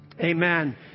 Amen